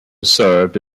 served